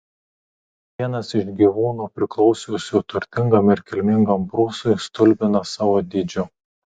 vienas iš gyvūnų priklausiusių turtingam ir kilmingam prūsui stulbina savo dydžiu